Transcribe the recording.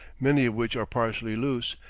many of which are partially loose,